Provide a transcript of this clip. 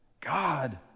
God